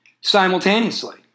simultaneously